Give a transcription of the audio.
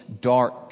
dark